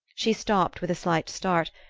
she stopped with a slight start,